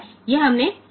તો Rels અહીં છે